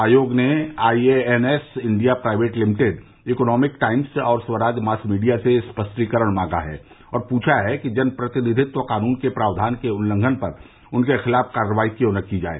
आयोग ने IANS India Private Limited Economic Times और स्वराज मास मीडिया से स्पष्टीकरण मांगा है और पूछा है कि जनप्रतिनिधित्व कानून के प्राक्वान के उल्लंघन पर उनके खिलाफ कार्रवाई क्यों न की जाए